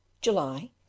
July